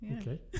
Okay